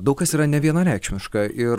daug kas yra nevienareikšmiška ir